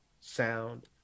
sound